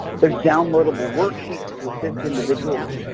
there's downloadable worksheets to assist individuals.